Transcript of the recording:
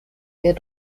der